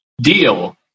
deal